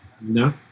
No